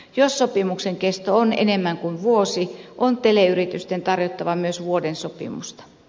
jos sopimuksen kesto on enemmän kuin vuosi on teleyritysten tarjottava myös vuoden sopimusta